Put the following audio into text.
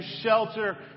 shelter